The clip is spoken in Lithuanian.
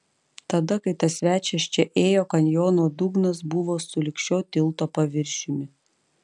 tada kai tas svečias čia ėjo kanjono dugnas buvo sulig šio tilto paviršium